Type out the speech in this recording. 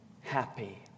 happy